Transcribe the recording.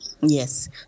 Yes